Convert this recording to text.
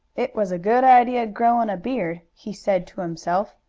it was a good idea growin' a beard, he said to himself.